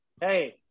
hey